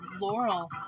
laurel